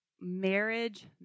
marriage